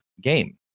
game